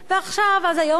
אז היום זה לא צלח,